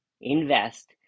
invest